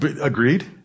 Agreed